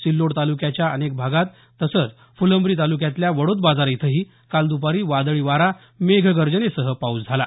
सिल्लोड तालुक्याच्या अनेक भागात तसंच फुलंब्री तालुक्यातल्या वडोद बाजार इथंही काल दपारी वादळी वारा मेघ गर्जनेसह पाऊस झाला